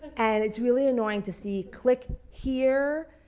and it's really annoying to see click here.